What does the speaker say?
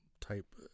type